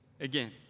again